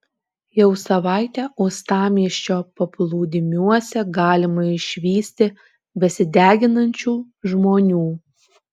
jau savaitę uostamiesčio paplūdimiuose galima išvysti besideginančių žmonių